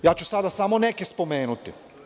Ja ću sada samo neke spomenuti.